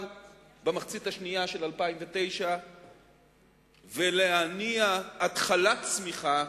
במחצית השנייה של 2009 ולהניע התחלת צמיחה,